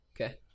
Okay